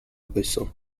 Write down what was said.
récent